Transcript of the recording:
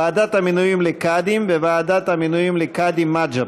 ועדת המינויים לקאדים וועדת המינויים לקאדים מד'הב.